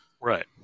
Right